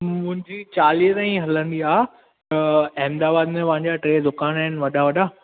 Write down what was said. मुंहिंजी चालीह ताईं हलंदी आहे अहमदाबाद मे मांजा टे दुकान आहिनि वॾा वॾा